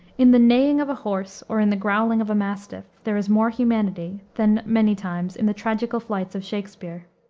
in the neighing of a horse or in the growling of a mastiff, there is more humanity than, many times, in the tragical flights of shakspere.